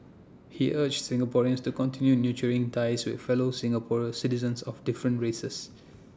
he urged Singaporeans to continue nurturing ties with fellow Singaporeans citizens of different races